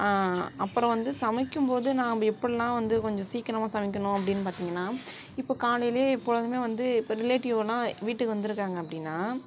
அப்புறம் வந்து சமைக்கும்போது நாம் எப்படிலாம் வந்து கொஞ்சம் சீக்கிரமா சமைக்கணும் அப்படின்னு பார்த்திங்கன்னா இப்போ காலையிலேயே எப்பொழுதுமே வந்து இப்போ ரிலேட்டிவ்னால் வீட்டுக்கு வந்திருக்காங்க அப்படின்னா